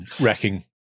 wrecking